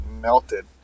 melted